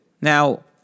Now